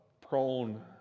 prone